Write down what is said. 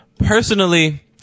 Personally